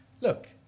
look